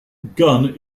gunn